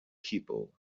people